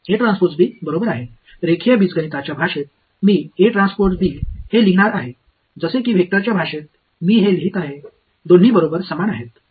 மாணவர் சரிதானே எனவே லீனியர் அல்ஜீப்ரா மொழியில் இதை என்று எழுதுவேன் வெக்டர் களின் மொழியில் இதை நான் எழுதுவேன் இரண்டுமே ஒரே பொருளைக் குறிக்கின்றன